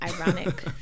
ironic